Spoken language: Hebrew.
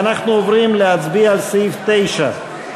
ואנחנו עוברים להצביע על סעיף 9,